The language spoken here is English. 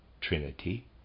Trinity